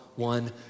one